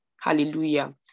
hallelujah